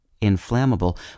Inflammable